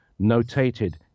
notated